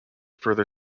further